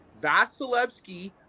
Vasilevsky